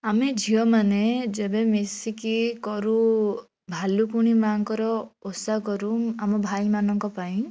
ଆମେ ଝିଅମାନେ ଯେବେ ମିଶିକି କରୁ ଭାଲୁକୁଣୀ ମା'ଙ୍କର ଓଷା କରୁ ଆମ ଭାଇମାନଙ୍କ ପାଇଁ